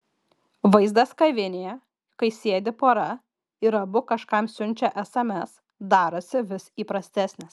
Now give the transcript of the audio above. vaizdas kavinėje kai sėdi pora ir abu kažkam siunčia sms darosi vis įprastesnis